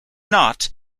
not